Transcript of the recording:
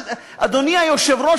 אדוני היושב-ראש,